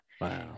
Wow